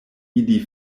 ili